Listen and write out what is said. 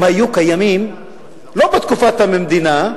הם היו קיימים לא בתקופת המדינה.